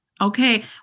Okay